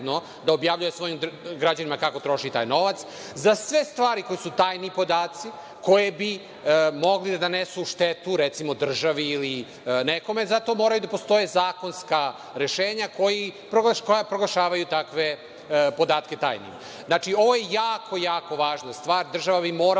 da objavljuje svojim građanima kako troši taj novac.Za sve stvari koji su tajni podaci, koji bi mogli da nanesu štetu recimo državi ili nekome, za to moraju da postoje zakonska rešenja koja proglašavaju takve podatke tajnim. Znači, ovo je jako važna stvar. Država bi morala